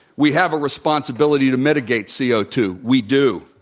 we have a responsibility to mitigate c o two. we do.